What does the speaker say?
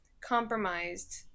compromised